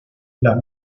las